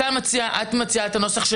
את מציעה נוסח,